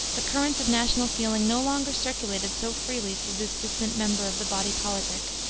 the currents of national feeling no longer circulated so freely through this distant member of the body politic,